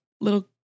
Little